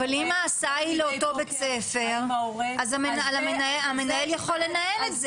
אבל אם ההסעה היא לאותו בית ספר אז המנהל יכול לנהל את זה.